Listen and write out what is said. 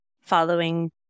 following